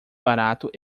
barato